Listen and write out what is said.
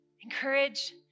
Encourage